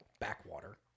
backwater